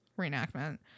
reenactment